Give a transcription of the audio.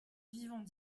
vivant